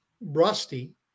rusty